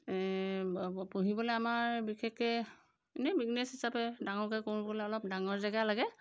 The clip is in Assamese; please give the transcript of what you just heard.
পুহিবলৈ আমাৰ বিশেষকৈ এনেই বিজনেছ হিচাপে ডাঙৰকৈ কৰোঁ ক'লে অলপ ডাঙৰ জেগা লাগে